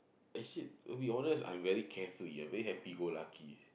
eh shit to be honest I'm very carefree i very happy-go-lucky